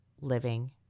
living